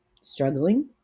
struggling